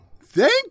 Thank